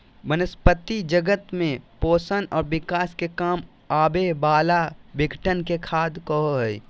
वनस्पती जगत में पोषण और विकास के काम आवे वाला विघटन के खाद कहो हइ